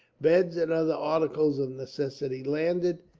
beds and other articles of necessity landed,